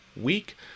week